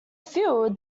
fuel